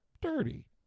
dirty